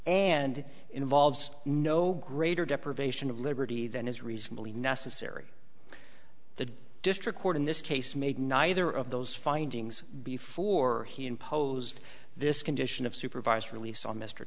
and involves no greater deprivation of liberty than is reasonably necessary the district court in this case made neither of those findings before he imposed this condition of supervised release on mr